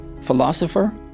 philosopher